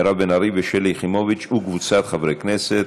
מירב בן ארי, שלי יחימוביץ וקבוצת חברות הכנסת,